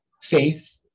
safe